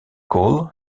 cole